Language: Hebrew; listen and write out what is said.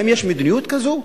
האם יש מדיניות כזו,